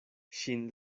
ŝin